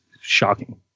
shocking